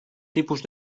tipus